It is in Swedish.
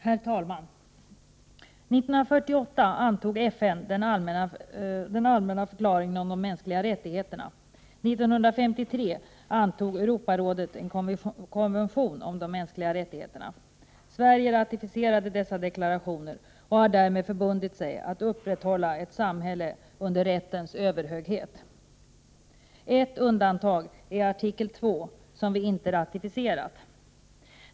Herr talman! År 1948 antog FN den allmänna deklarationen om de mänskliga rättigheterna. 1953 antog Europarådet en konvention om de mänskliga rättigheterna. Sverige ratificerade dessa deklarationer och har därmed förbundit sig att upprätthålla ett samhälle under rättens överhöghet. Ett undantag är artikel 2 som vi inte ratificerat.